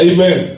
Amen